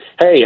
Hey